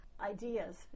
ideas